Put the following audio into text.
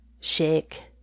Shake